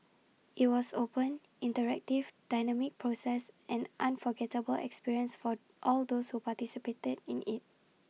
IT was open interactive dynamic process an unforgettable experience for all those who participated in IT